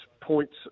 points